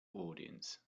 audience